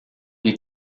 est